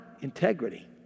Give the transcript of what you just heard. integrity